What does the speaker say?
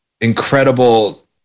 incredible